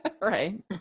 right